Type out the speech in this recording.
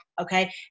okay